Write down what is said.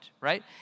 right